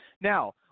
Now